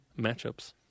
matchups